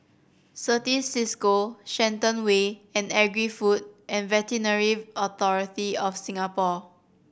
Certis Cisco Shenton Way and Agri Food and Veterinary Authority of Singapore